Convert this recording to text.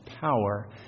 power